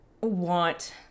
want